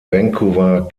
vancouver